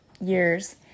years